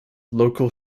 local